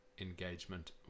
engagement